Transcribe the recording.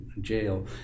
jail